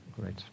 Great